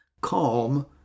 calm